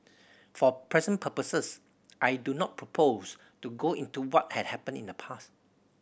for present purposes I do not propose to go into what had happened in the past